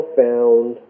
found